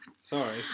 Sorry